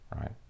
right